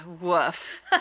woof